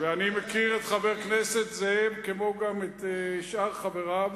ואני מכיר את חבר הכנסת זאב כמו גם את שאר חבריו,